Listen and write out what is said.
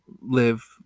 live